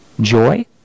joy